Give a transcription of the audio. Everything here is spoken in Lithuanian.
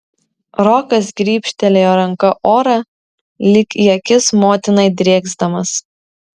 rokas grybštelėjo ranka orą lyg į akis motinai drėksdamas